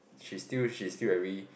she still she still very